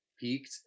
peaked